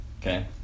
Okay